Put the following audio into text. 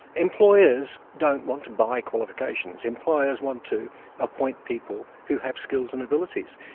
employers don't want to buy qualifications, employers want to appoint people who have skills and abilities.